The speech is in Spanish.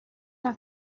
las